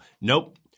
Nope